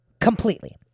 completely